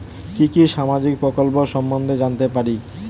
কি কি সামাজিক প্রকল্প সম্বন্ধে জানাতে পারি?